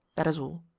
that is all,